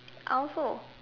I also